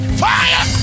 fire